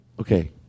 okay